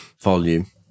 volume